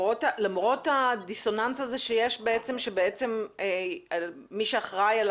למרות הדיסוננס הזה שיש, שבעצם מי שאחראי על